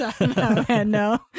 no